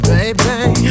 Baby